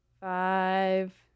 five